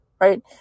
Right